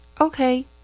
Okay